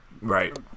right